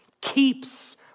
keeps